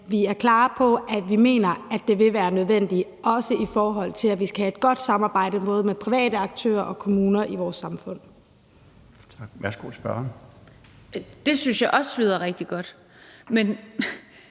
vi er klare på, at vi mener, at det vil være nødvendigt, også i forhold til at vi skal have et godt samarbejde med både private aktører og kommuner i vores samfund. Kl. 19:30 Den fg. formand